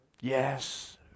Yes